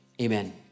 Amen